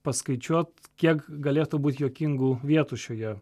paskaičiuot kiek galėtų būt juokingų vietų šioje